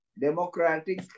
democratic